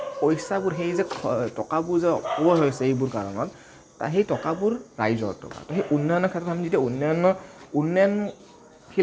পইচাবোৰ সেই যে টকাবোৰ যে অপব্যয় হৈছে এইবোৰ কাৰণত সেই টকাবোৰ ৰাইজৰ টকা সেই উন্নয়নৰ ক্ষেত্ৰত আমি এতিয়া উন্নয়নৰ উন্নয়ন